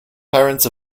parents